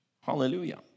Hallelujah